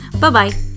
Bye-bye